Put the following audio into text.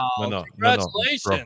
Congratulations